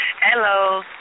Hello